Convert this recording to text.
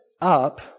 up